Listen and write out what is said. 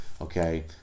Okay